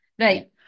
Right